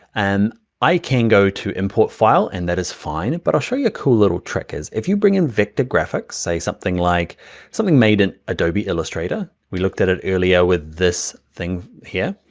and i can go to import file and that is fine. but i'll show you a cool little trick is if you bring in vector graphics, say something like something made in adobe illustrator. we looked at it earlier with this thing here,